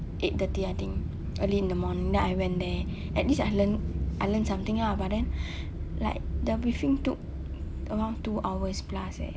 eight thirty I think early in the morning then I went there at least I learnt I learnt something ah but then like the briefing took around two hours plus eh